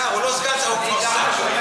הוא לא סגן שר, הוא כבר שר.